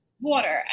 water